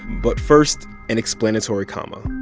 but first, an explanatory comma.